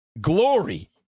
glory